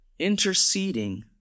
interceding